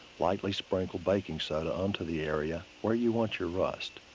lightly sprinkle baking soda onto the area where you want your rust.